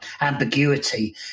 ambiguity